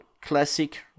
Classic